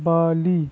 Bali